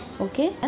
okay